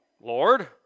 Lord